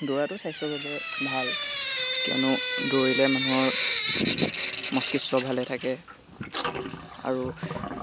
দৌৰাটো স্বাস্থ্যৰ বাবে ভাল কিয়নো দৌৰিলে মানুহৰ মস্তিষ্ক ভালে থাকে আৰু